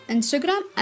Instagram